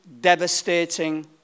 devastating